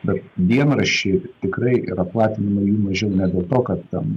bet dienraščiai tikrai yra platinama jų mažiau ne dėl to kad ten